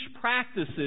practices